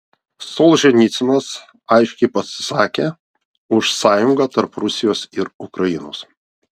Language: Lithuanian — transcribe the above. solženicynas aiškiai pasisakė už sąjungą tarp rusijos ir ukrainos